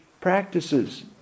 practices